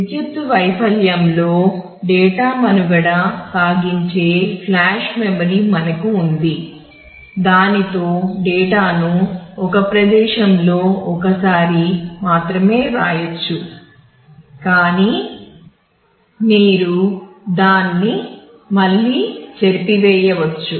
విద్యుత్ వైఫల్యంలో డేటా మనుగడ సాగించే ఫ్లాష్ మెమరీను ఒక ప్రదేశంలో ఒక్కసారి మాత్రమే వ్రాయవచ్చు కానీ మీరు దాన్ని మళ్ళీ చెరిపివేయవచ్చు